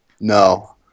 no